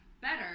better